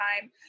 time